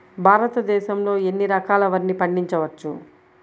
భారతదేశంలో ఎన్ని రకాల వరిని పండించవచ్చు